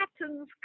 patterns